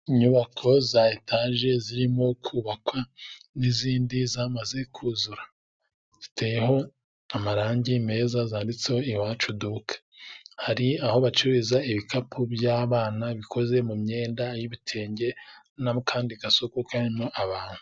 Inyubako za etaje zirimo kubakwa, n'izindi zamaze kuzura ziteyeho, amarangi meza, zanditseho iwacu duke, hari aho bacururiza ibikapu, by'abana bikoze mu myenda y'ibitenge, n'akandi gasoko karimo abantu.